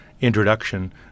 introduction